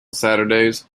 saturdays